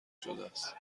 شدهست